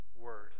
word